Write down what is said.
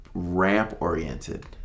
ramp-oriented